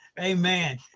Amen